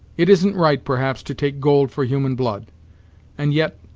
it isn't right, perhaps, to take gold for human blood and yet,